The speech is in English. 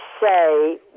say